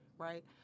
right